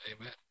Amen